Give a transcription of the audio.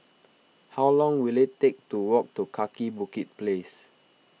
how long will it take to walk to Kaki Bukit Place